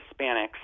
Hispanics